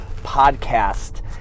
podcast